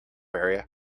area